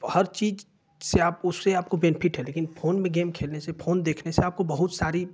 हर चीज़ से आपको उससे आपको बेनिफिट है लेकिन फोन मे गेम खेलने से फोन देखने से आपको बहुत सारी दिक्कत